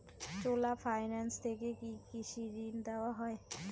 চোলা finance থেকে কি কৃষি ঋণ দেওয়া হয়?